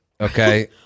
okay